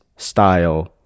style